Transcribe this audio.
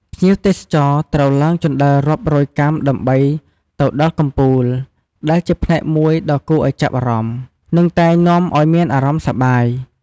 ភ្ញៀវទេសចរត្រូវឡើងជណ្ដើររាប់រយកាំដើម្បីទៅដល់កំពូល ដែលជាផ្នែកមួយដ៏គួរឱ្យចាប់អារម្មណ៍ និងតែងនាំឲ្យមានអារម្មណ៍សប្បាយ។